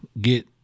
get